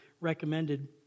recommended